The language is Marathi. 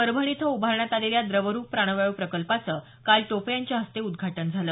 परभणी इथं उभारण्यात आलेल्या द्रवरुप प्राणवायू प्रकल्पाचं काल टोपे यांच्या हस्ते उद्घाटन झालं